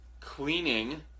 cleaning